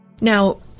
Now